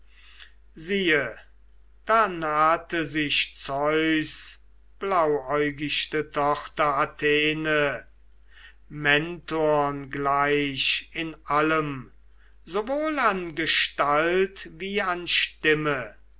odysseus jetzo nahte sich zeus blauäugichte tochter athene mentorn gleich in allem sowohl an gestalt wie an stimme